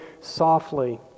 softly